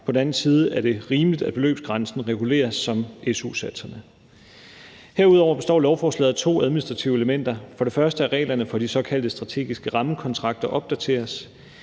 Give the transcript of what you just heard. på den anden side er det rimeligt, at beløbsgrænsen reguleres som su-satserne. Herudover består lovforslaget af to administrative elementer: For det første at reglerne for de såkaldte strategiske rammekontrakter opdateres.